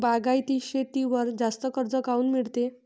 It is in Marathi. बागायती शेतीवर जास्त कर्ज काऊन मिळते?